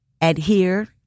adhere